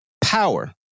power